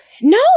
no